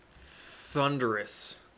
thunderous